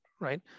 right